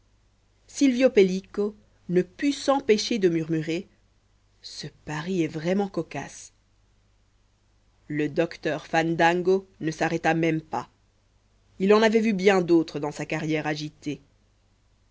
silvio pellico ne put s'empêcher de murmurer ce paris est vraiment cocasse le docteur fandango ne s'arrêta même pas il en avait vu bien d'autres dans sa carrière agitée